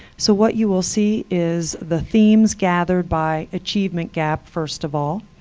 so what you will see is the themes gathered by achievement gap, first of all,